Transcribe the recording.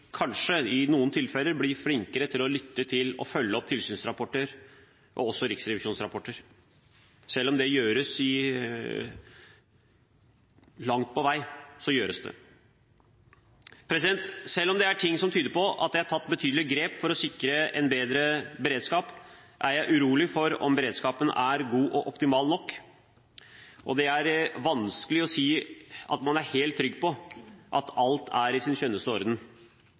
kanskje også forvaltningen i noen tilfeller bli flinkere til å lytte til og følge opp tilsynsrapporter og riksrevisjonsrapporter, selv om det gjøres – langt på vei gjøres det. Selv om det er ting som tyder på at det er tatt betydelige grep for å sikre en bedre beredskap, er jeg urolig for om beredskapen er god og optimal nok. Det er vanskelig å si at man er helt trygg på at alt er i sin